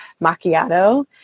macchiato